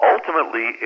Ultimately